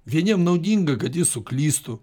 vieniem naudinga kad jis suklystų